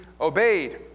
obeyed